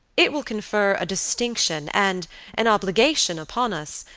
it will confer a distinction and an obligation upon us,